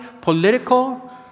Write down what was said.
political